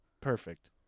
Perfect